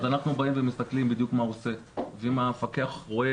אז אנחנו באים ומסתכלים בדיוק מה הוא עושה ואם המפקח רואה